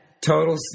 Total